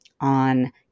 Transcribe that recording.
on